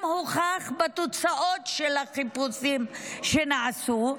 זה גם הוכח בתוצאות של החיפושים שנעשו,